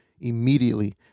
immediately